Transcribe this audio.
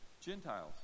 Gentiles